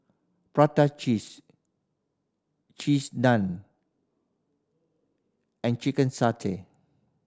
prata cheese Cheese Naan and chicken satay